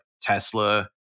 Tesla